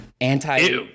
anti